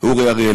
אורי אריאל?